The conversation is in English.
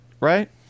Right